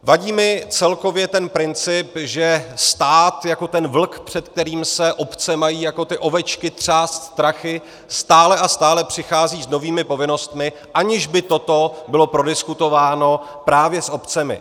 Vadí mi celkově ten princip, že stát jako ten vlk, před kterým se obce mají jako ty ovečky třást strachy, stále a stále přichází s novými povinnostmi, aniž by toto bylo prodiskutováno právě s obcemi.